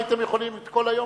הייתם יכולים את כל היום,